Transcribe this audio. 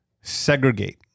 segregate